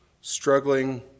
struggling